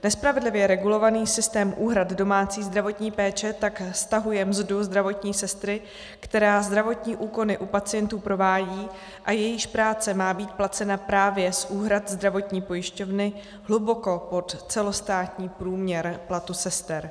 Nespravedlivě regulovaný systém úhrad domácí zdravotní péče tak stahuje mzdu zdravotní sestry, která zdravotní úkony u pacientů provádí a jejíž práce má být placena právě z úhrad zdravotní pojišťovny, hluboko pod celostátní průměr platu sester.